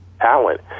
talent